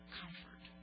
comfort